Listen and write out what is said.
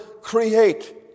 create